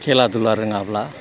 खेला दुला रोङाब्ला